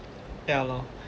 ya lor